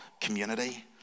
community